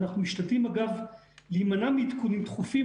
אנחנו משתדלים להימנע מעדכונים דחופים,